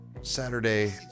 Saturday